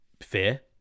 fear